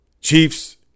Chiefs